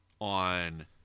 on